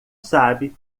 sabe